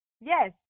Yes